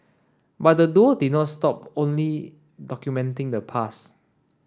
but the duo did not stop only documenting the past